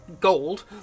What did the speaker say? gold